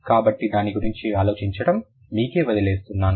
కాబట్టి దాని గురించి ఆలోచించడం మీకే వదిలేస్తున్నాను